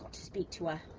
to speak to her,